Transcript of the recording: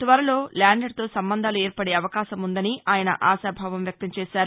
త్వరలో ల్యాండర్తో సంబంధాలు ఏర్పడే అవకాశం ఉందని ఆయన ఆశాభావం వ్యక్తం చేశారు